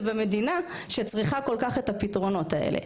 במדינה שצריכה כל כך את הפתרונות האלה.